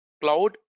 cloud